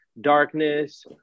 darkness